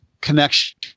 connection